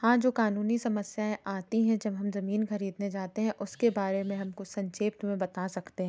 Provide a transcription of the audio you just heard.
हाँ जो कानूनी समस्याएँ आती हैं जब हम जमीन खरीदने जाते हैं उसके बारे में हम कुछ संक्षेप्त में बता सकते हैं